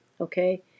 Okay